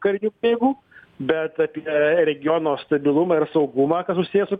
karinių pajėgų bet apie regiono stabilumą ir saugumą kas susiję su